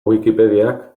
wikipediak